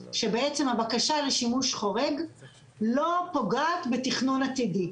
שבעצם הבקשה לשימוש חורג לא פוגעת בתכנון עתידי.